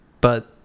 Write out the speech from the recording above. but-